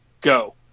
go